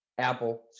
Apple